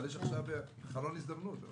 אבל עכשיו יש חלון הזדמנויות.